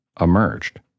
emerged